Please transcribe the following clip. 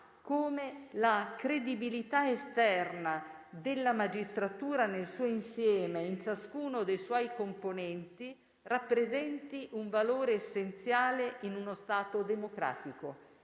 come la credibilità esterna della magistratura nel suo insieme e in ciascuno dei suoi componenti rappresenti un valore essenziale in uno Stato democratico.